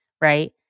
right